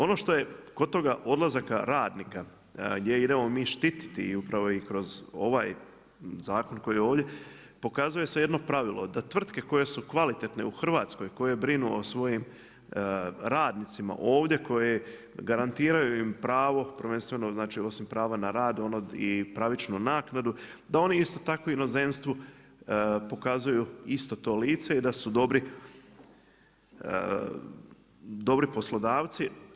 Ono što je kod toga odlazaka radnika gdje idemo mi štititi i upravo kroz ovaj zakon koji je ovdje, pokazuje se jedno pravilo, da tvrtke koje su kvalitetne u Hrvatskoj koje brinu o svojim radnicima ovdje koje garantiraju im pravo, prvenstveno osim prava na rad i pravičnu naknadu, da oni isto tako inozemstvu pokazuju isto to lice i da su dobri poslodavci.